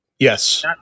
Yes